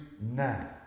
now